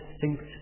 distinct